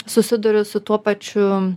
susiduri su tuo pačiu